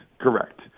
Correct